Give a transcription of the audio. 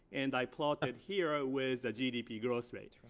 and i plotted here ah with the gdp growth rate.